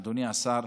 אדוני השר,